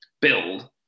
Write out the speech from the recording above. build